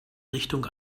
richtung